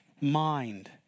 mind